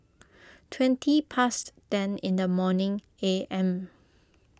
twenty past ten in the morning A M